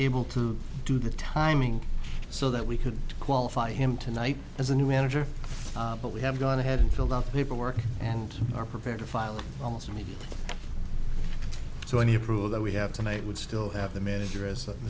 able to do the timing so that we could qualify him tonight as a new manager but we have gone ahead and filled out paperwork and are prepared to file almost immediately so any approval that we have tonight would still have the manager as a